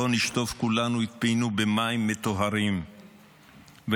בואו נשטוף כולנו את פינו במים מטוהרים ונתנצל.